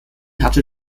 hatte